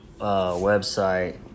website